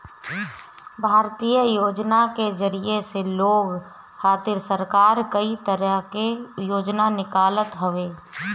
भारतीय योजना के जरिया से लोग खातिर सरकार कई तरह के योजना निकालत हवे